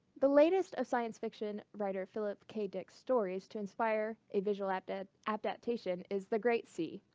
the latest of science fiction writer phillip k dick's stories to inspire a visual and adaptation is the great c.